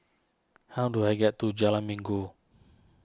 how do I get to Jalan Minggu